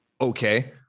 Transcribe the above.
okay